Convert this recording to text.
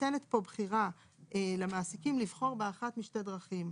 ניתנת פה בחירה למעסיקים לבחור באחת משתי דרכים,